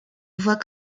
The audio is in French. voit